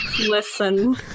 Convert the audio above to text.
Listen